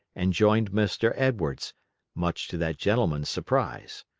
and joined mr. edwards much to that gentleman's surprise.